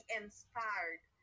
inspired